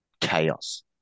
chaos